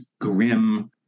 grim